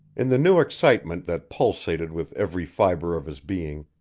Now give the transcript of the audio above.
in the new excitement that pulsated with every fiber of his being,